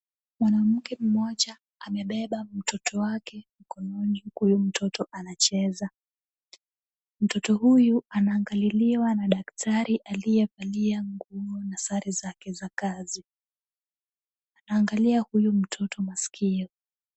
Mwanamke mmoja amebeba mtoto wake mkononi huku huyu mtoto anacheza. Mtoto huyu anaangaliliwa na daktari aliyevalia nguo na sare zake za kazi. Anaangalia huyu mtoto masikio.